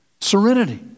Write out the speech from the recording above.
serenity